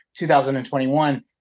2021